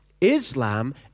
Islam